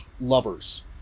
lovers